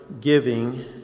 giving